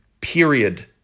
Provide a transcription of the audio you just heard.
period